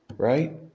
Right